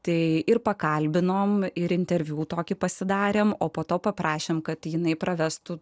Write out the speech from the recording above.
tai ir pakalbinome ir interviu tokį pasidarėme o po to paprašėme kad jinai pravestų